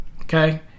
Okay